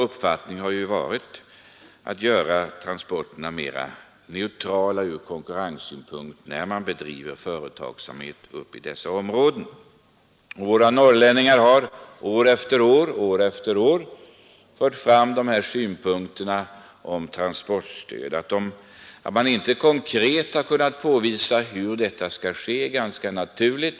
Men vår strävan har varit att göra transporterna mera neutrala ur konkurrenssynpunkt, när man bedriver företagsamhet uppe i de områden som det här gäller. Norrlänningarna har år efter år fört fram önskemål om transportstöd, och att man inte kunnat konkret visa hur det stödet skulle utformas är ganska naturligt.